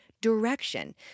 direction